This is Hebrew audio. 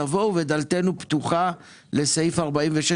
תבואו ודלתנו פתוחה לאישור לעניין סעיף 46,